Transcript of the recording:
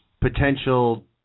Potential